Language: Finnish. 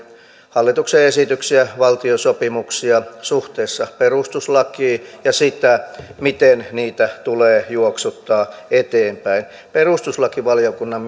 hallituksen esityksiä ja valtiosopimuksia suhteessa perustuslakiin ja sitä miten niitä tulee juoksuttaa eteenpäin perustuslakivaliokunnan